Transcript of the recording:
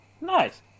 nice